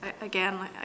again